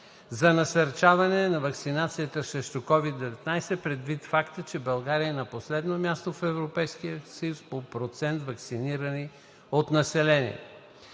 за насърчаване на ваксинацията срещу COVID-19, предвид факта, че България е на последно място в Европейския съюз по процент ваксинирани от населението.